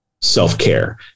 self-care